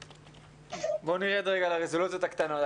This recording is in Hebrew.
נרד רגע לרזולציות הקטנות.